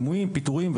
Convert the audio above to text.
פיטורים,